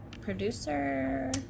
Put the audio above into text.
Producer